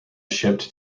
shipped